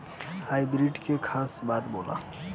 Hybrid में का खास बात होला?